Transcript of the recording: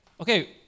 Okay